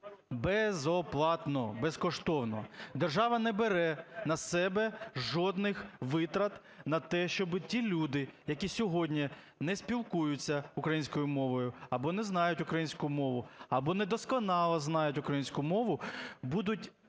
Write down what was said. безоплатно, безкоштовно. Держава не бере на себе жодних витрат на те, щоб ті люди, які сьогодні не спілкуються українською мовою, або не знають українську мову, або недосконало знають українську мову, будуть